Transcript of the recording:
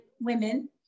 women